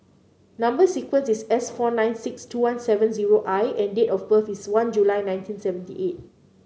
number sequence is S four nine six two one seven zero I and date of birth is one July nineteen seventy eight